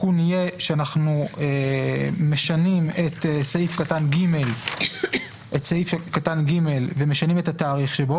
התיקון יהיה שאנחנו משנים את סעיף קטן (ג) ומשנים את התאריך שבו,